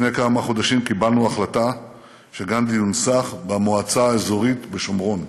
לפני כמה חודשים קיבלנו החלטה שגנדי יונצח במועצה האזורית בשומרון.